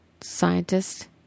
scientist